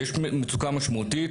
יש מצוקה משמעותית,